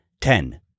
Ten